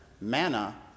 manna